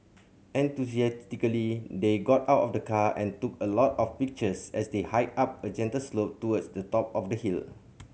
enthusiastically they got out of the car and took a lot of pictures as they hiked up a gentle slope towards the top of the hill